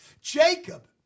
Jacob